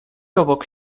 obok